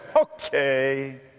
Okay